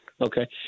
okay